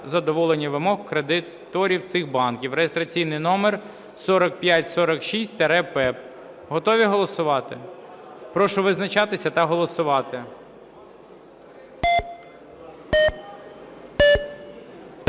задоволення вимог кредиторів цих банків" (реєстраційний номер 4546-П). Готові голосувати? Прошу визначатися та голосувати.